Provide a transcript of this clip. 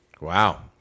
Wow